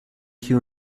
you